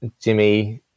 Jimmy